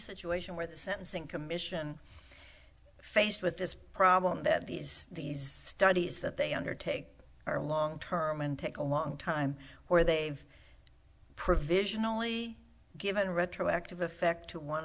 situation where the sentencing commission faced with this problem that these these studies that they undertake are long term and take a long time or they've provisionally given retroactive effect to one